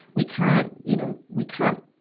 we can't, you know, we can't,